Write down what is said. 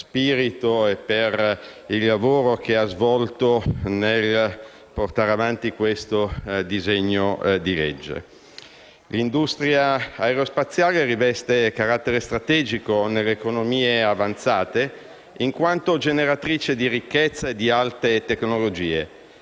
e il lavoro che ha svolto nel portare avanti il disegno di legge in esame. L'industria aerospaziale riveste carattere strategico nelle economie avanzate, in quanto generatrice di ricchezza e di alte tecnologie,